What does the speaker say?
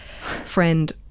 friend